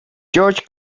judge